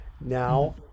now